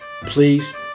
Please